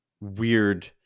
weird